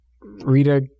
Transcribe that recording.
Rita